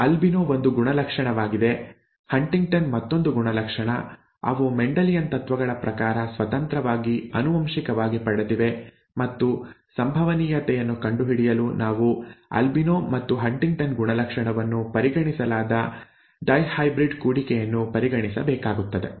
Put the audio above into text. albino ಒಂದು ಗುಣಲಕ್ಷಣವಾಗಿದೆ Huntington ಮತ್ತೊಂದು ಗುಣಲಕ್ಷಣ ಅವು ಮೆಂಡೆಲಿಯನ್ ತತ್ವಗಳ ಪ್ರಕಾರ ಸ್ವತಂತ್ರವಾಗಿ ಆನುವಂಶಿಕವಾಗಿ ಪಡೆದಿವೆ ಮತ್ತು ಸಂಭವನೀಯತೆಯನ್ನು ಕಂಡುಹಿಡಿಯಲು ನಾವು ಆಲ್ಬಿನೋ ಮತ್ತು ಹಂಟಿಂಗ್ಟನ್ ಗುಣಲಕ್ಷಣವನ್ನು ಪರಿಗಣಿಸಲಾದ ಡೈಹೈಬ್ರಿಡ್ ಕೂಡಿಕೆಯನ್ನು ಪರಿಗಣಿಸಬೇಕಾಗುತ್ತದೆ